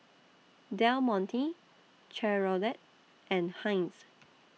Del Monte Chevrolet and Heinz